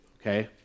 okay